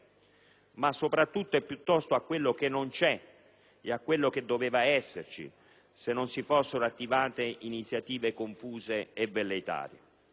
ma soprattutto e piuttosto a quello che non c'è e a quello che doveva esserci se non si fossero attivate iniziative confuse e velleitarie.